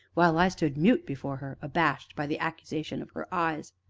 while i stood mute before her, abashed by the accusation of her eyes.